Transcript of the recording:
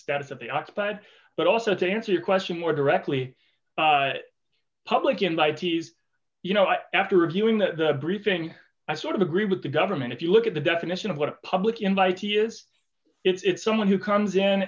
status of the occupied but also to answer your question more directly public invitees you know after reviewing the briefing i sort of agree with the government if you look at the definition of what a public invitee is it's someone who comes in